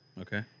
Okay